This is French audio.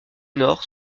nord